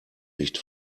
nicht